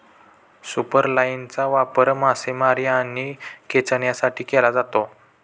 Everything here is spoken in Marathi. सुपरलाइनचा वापर मासेमारी आणि खेचण्यासाठी केला जातो